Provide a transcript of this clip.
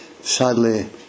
sadly